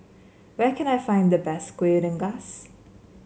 where can I find the best Kuih Rengas